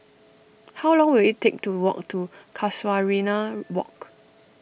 how long will it take to walk to Casuarina Walk